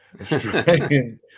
Australian